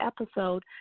episode